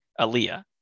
Aaliyah